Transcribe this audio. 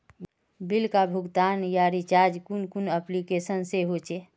Bill का भुगतान या रिचार्ज कुन कुन एप्लिकेशन से होचे?